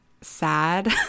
sad